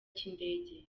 cy’indege